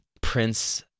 Prince